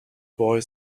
boy